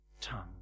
tongue